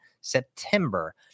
September